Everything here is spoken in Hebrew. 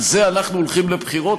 על זה אנחנו הולכים לבחירות,